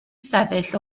sefyll